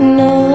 no